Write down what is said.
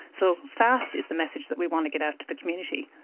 so fast is the message that we want to get out to the community.